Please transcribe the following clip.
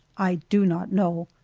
i do not know.